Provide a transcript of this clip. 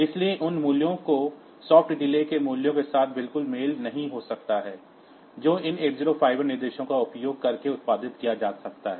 इसलिए उन मूल्यों को सॉफ्ट डिले के मूल्यों के साथ बिल्कुल मेल नहीं हो सकता है जो इन 8051 निर्देशों का उपयोग करके उत्पादित किया जा सकता है